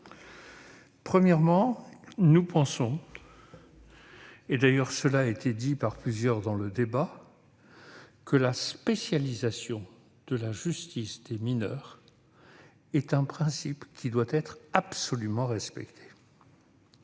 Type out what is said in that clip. Premièrement, nous pensons, et cela a d'ailleurs été dit à plusieurs reprises au cours du débat, que la spécialisation de la justice des mineurs est un principe qui doit être absolument respecté.